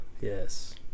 Yes